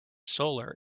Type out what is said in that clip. solar